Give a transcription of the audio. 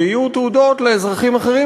ויהיו תעודות לאזרחים אחרים,